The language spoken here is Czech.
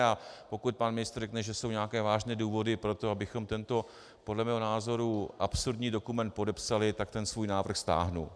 A pokud pan ministr řekne, že jsou nějaké vážné důvody pro to, abychom tento podle mého názoru absurdní dokument podepsali, tak ten svůj návrh stáhnu.